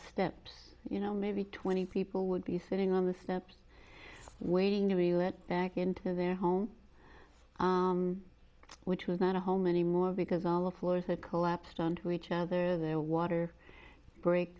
steps you know maybe twenty people would be sitting on the steps waiting to be let back into their home which was not a home anymore because all of floor to collapsed on to each other their water break